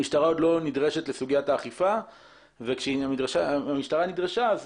המשטרה עוד לא נדרשת לסוגיית האכיפה וכאשר המשטרה נדרשה,